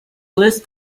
list